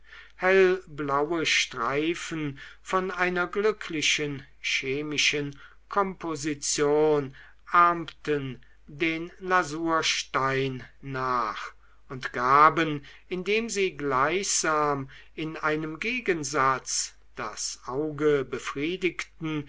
hellblaue streifen von einer glücklichen chemischen komposition ahmten den lasurstein nach und gaben indem sie gleichsam in einem gegensatz das auge befriedigten